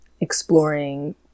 exploring